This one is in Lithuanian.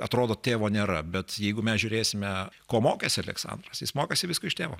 atrodo tėvo nėra bet jeigu mes žiūrėsime ko mokėsi aleksandras jis mokėsi visko iš tėvo